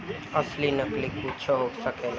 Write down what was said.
असली नकली कुच्छो हो सकेला